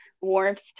Warmth